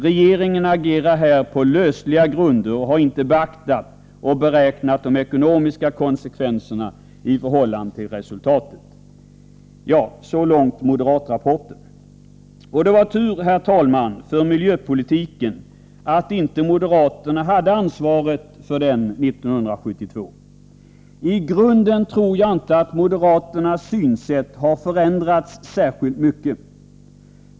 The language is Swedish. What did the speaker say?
Regeringen agerar här på lösliga grunder och har inte beaktat och beräknat de ekonomiska konsekvenserna i förhållande till resultatet. Så långt moderatrapporten. Det var tur, herr talman, att moderaterna inte hade ansvaret för miljöpolitiken 1972. I grunden tror jag inte att moderaternas synsätt har förändrats särskilt mycket.